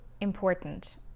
important